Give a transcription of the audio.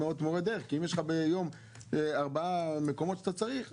מורי דרך כי אם יש לך ביום ארבעה מקומות שאתה צריך,